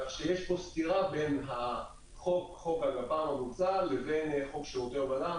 כך שיש פה סתירה בין חוק הגפ"מ המוצע לבין חוק שירותי הובלה.